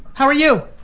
how are you?